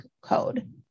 code